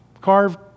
carved